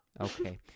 okay